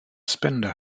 spender